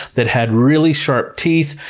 that had really sharp teeth,